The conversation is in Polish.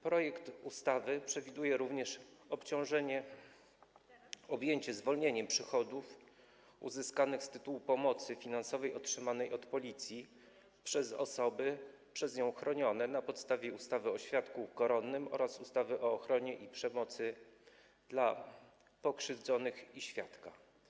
Projekt ustawy przewiduje również objęcie zwolnieniem przychodów uzyskanych z tytułu pomocy finansowej otrzymanej od Policji przez osoby przez nią chronione na podstawie ustawy o świadku koronnym oraz ustawy o ochronie i pomocy dla pokrzywdzonego i świadka.